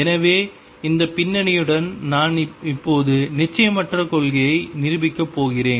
எனவே இந்த பின்னணியுடன் நான் இப்போது நிச்சயமற்ற கொள்கையை நிரூபிக்கப் போகிறேன்